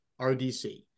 RDC